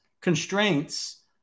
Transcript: constraints